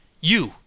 You